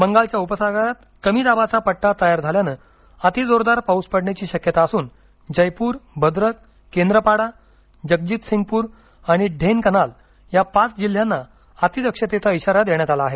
बंगालच्या उपसागरात कमी दाबाचा पट्टा तयार झाल्यानं अति जोरदार पाऊस पडण्याची शक्यता असून जयपूर भद्रक केंद्रपाडा जगजितसिंगपूर आणि ढेनकनाल या पाच जिल्ह्यांना अतिदक्षतेचा इशारा देण्यात आला आहे